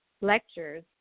lectures